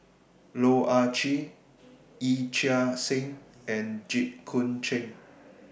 Loh Ah Chee Yee Chia Hsing and Jit Koon Ch'ng